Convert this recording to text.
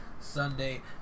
Sunday